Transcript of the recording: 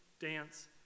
dance